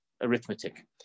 arithmetic